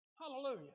Hallelujah